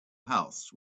house